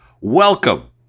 Welcome